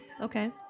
Okay